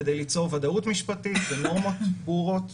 כדי ליצור ודאות משפטית ונורמות ברורות.